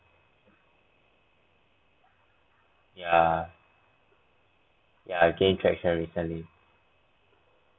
ya ya gained traction recently